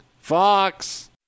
Fox